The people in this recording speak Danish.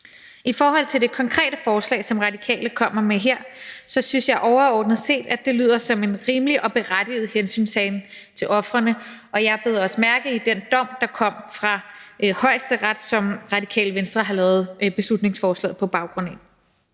I forhold til det konkrete forslag, som Radikale kommer med her, synes jeg er overordnet set, at det lyder som en rimelig og berettiget hensyntagen til ofrene, og jeg bed også mærke i den dom, der er kommet fra Højesteret, og som Radikale Venstre har lavet beslutningsforslaget på baggrund af.